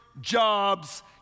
jobs